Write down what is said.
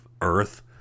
earth